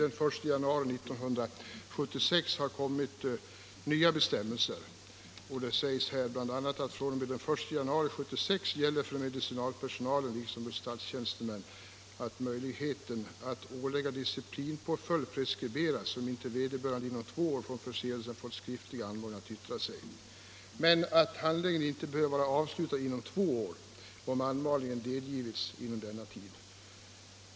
den 1 januari 1976 gäller för medicinalpersonalen liksom för statstjänstemän att möjligheten att ålägga disciplinpåföljd preskriberas om inte vederbörande inom två år från förseelsen fått skriftlig anmaning att yttra sig.” Men det sägs också att handläggningen inte behöver vara avslutad inom två år om anmaningen delgivits inom denna tid.